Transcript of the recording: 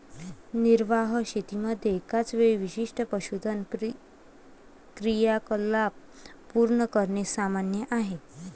निर्वाह शेतीमध्ये एकाच वेळी विशिष्ट पशुधन क्रियाकलाप पूर्ण करणे सामान्य आहे